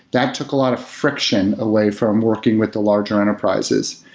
that took a lot of friction away from working with the larger enterprises.